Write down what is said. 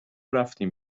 رفتیم